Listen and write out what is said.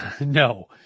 No